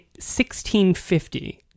1650